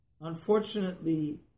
unfortunately